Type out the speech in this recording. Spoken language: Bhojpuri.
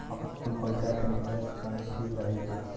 आपनपईसा के निवेस कईल ठीक रही का?